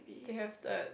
they have that